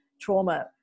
trauma